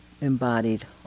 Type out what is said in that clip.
embodied